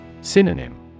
Synonym